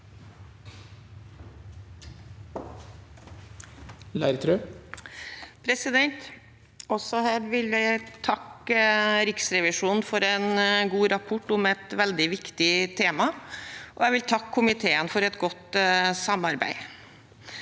for saken): Også her vil jeg takke Riksrevisjonen for en god rapport om et veldig viktig tema, og jeg vil takke komiteen for et godt samarbeid.